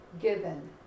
given